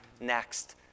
next